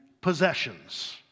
possessions